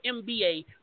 MBA